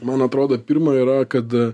man atrodo pirma yra kad